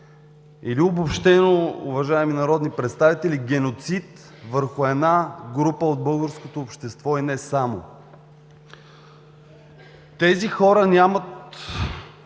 казано, уважаеми народни представители, геноцид върху една група от българското общество и не само. Тези хора няма